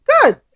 good